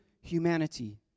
humanity